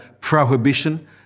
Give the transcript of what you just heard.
prohibition